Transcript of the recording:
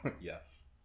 Yes